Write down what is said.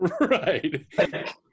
right